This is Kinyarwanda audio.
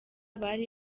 bari